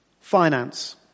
Finance